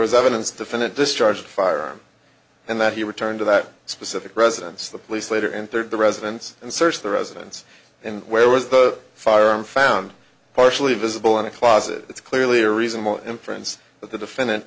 was evidence defendant discharged firearm and that he returned to that specific residence the police later and third the residence and searched the residence and where was the firearm found partially visible in a closet it's clearly a reasonable inference that the defendant